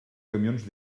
camions